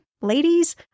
ladies